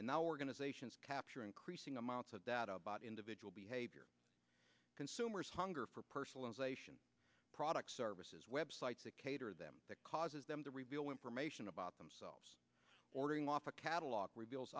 and now we're going to capture increasing amounts of data about individual behavior consumers hunger for personalization products services websites that cater that causes them to reveal information about themselves ordering off a catalog reveals